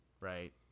Right